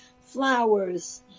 flowers